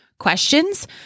questions